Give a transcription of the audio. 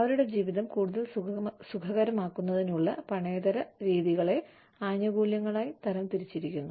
അവരുടെ ജീവിതം കൂടുതൽ സുഖകരമാക്കുന്നതിനുള്ള പണേതര രീതികളെ ആനുകൂല്യങ്ങളായി തരം തിരിച്ചിരിക്കുന്നു